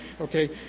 Okay